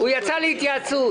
הוא יצא להתייעצות.